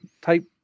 type